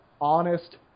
honest